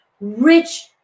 rich